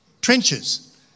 trenches